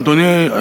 אדוני,